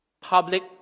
public